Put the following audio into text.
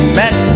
met